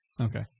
Okay